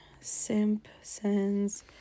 Simpsons